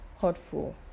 hurtful